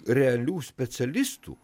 realių specialistų